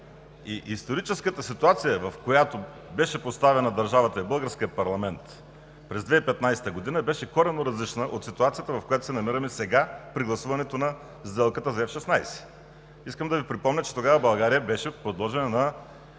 и историческата ситуация, в която беше поставена държавата и българският парламент през 2015 г., беше коренно различна от ситуацията, в която се намираме сега при гласуването на сделката за F-16. Искам да Ви припомня, че тогава България беше подложена на